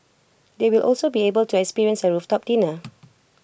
they will also be able to experience A rooftop dinner